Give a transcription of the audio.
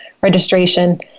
registration